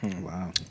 Wow